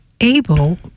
able